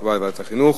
מקובל ועדת החינוך.